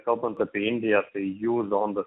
kalbant apie indiją tai jų zondas